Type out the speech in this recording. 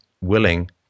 willing